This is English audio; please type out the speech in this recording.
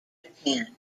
japan